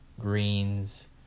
greens